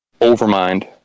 overmind